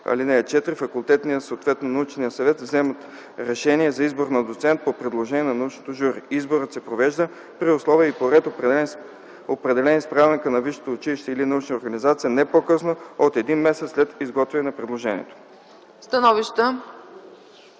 срок. (4) Факултетният, съответно научният съвет взема решение за избор на „доцент” по предложение на научното жури. Изборът се провежда при условия и по ред, определени с правилника на висшето училище или научната организация, не по-късно от един месец след изготвяне на предложението.”